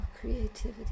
creativity